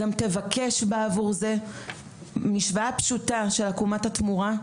גם תבקש בעבור זה משוואה פשוטה של עקומת התמורה.